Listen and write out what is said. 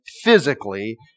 physically